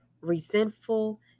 resentful